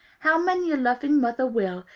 how many a loving mother will,